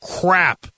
crap